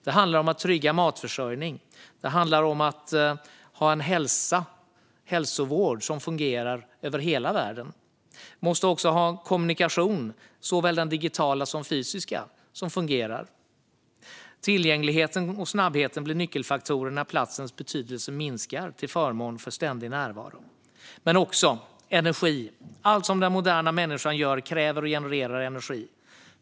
Det handlar om att trygga matförsörjning och att ha en hälsovård som fungerar över hela världen. Vi måste också ha fungerande kommunikation, såväl digital som fysisk. Tillgänglighet och snabbhet blir nyckelfaktorer när platsens betydelse minskar till förmån för ständig närvaro. Det handlar också om energi. Allt som den moderna människan gör kräver och genererar energi.